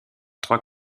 trois